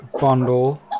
bundle